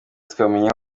tukamenya